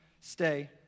stay